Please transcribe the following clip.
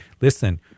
Listen